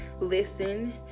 Listen